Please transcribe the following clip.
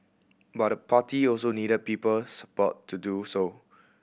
but the party also needed people support to do so